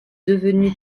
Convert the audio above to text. devenue